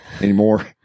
Anymore